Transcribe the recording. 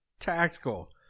Tactical